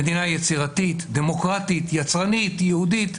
מדינה יצירתית, דמוקרטית, יצרנית, יהודית.